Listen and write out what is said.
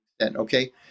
okay